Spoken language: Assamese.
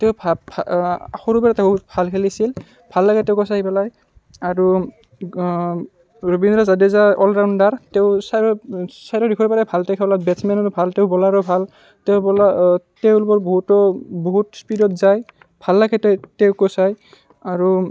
তেওঁ ভাব ভা সৰুৰ পৰাই তেওঁ ভাল খেলিছিল ভাল লাগে তেওঁকো চাই পেলাই আৰু ৰবীন্দ্ৰ জাদেজা অল ৰাউণ্ডাৰ তেওঁ চাৰিও চাৰিওদিশৰ পৰা ভাল তেওঁ খেলত বেটছমেনৰো ভাল তেওঁ বলাৰো ভাল তেওঁৰ বল তেওঁৰ বল বহুতো বহুত স্পীডত যায় ভাল লাগে তেওঁ তেওঁকো চাই আৰু